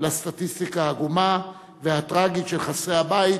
לסטטיסטיקה העגומה והטרגית של חסרי הבית.